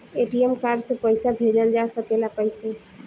ATM card से पइसा भेजल जा सकेला कइसे?